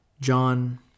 John